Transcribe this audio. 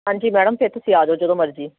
ਹਾਂਜੀ ਮੈਡਮ ਫਿਰ ਤੁਸੀਂ ਆ ਜਾਓ ਜਦੋਂ ਮਰਜ਼ੀ